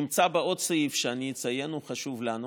נמצא בה עוד סעיף שאני אציין, והוא חשוב לנו,